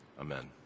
Amen